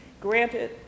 granted